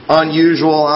unusual